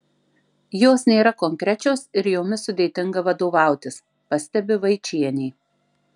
jos nėra konkrečios ir jomis sudėtinga vadovautis pastebi vaičienė